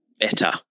better